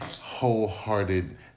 wholehearted